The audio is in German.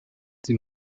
sie